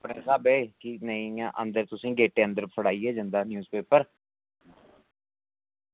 अपने स्हाबै च कि नेईं इ'यां गेटै अंदर तुसेंगी गेटै अंदर फड़ाइयै जंदा न्यूज़पेपर